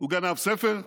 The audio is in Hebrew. הוא גנב ספר,